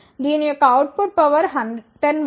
దీని యొక్క output power 10 W